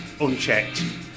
unchecked